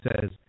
says